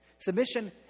Submission